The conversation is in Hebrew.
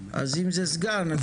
אז אם זה סגן זה